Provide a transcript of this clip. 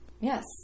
Yes